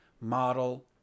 model